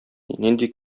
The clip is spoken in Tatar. нинди